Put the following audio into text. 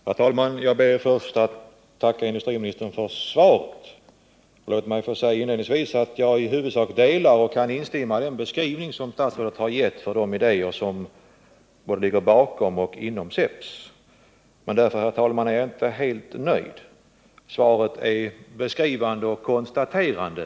Herr talman! Jag ber först att få tacka industriministern för svaret. Låt mig inledningsvis få säga att jag i huvudsak delar och kan instämma i den beskrivning statsrådet gjort av de idéer som ligger bakom och inom SEPS. Men därför är jag inte helt nöjd. Svaret är beskrivande och konstaterande.